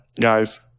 guys